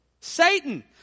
Satan